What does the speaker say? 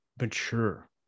mature